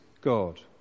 God